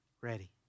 Ready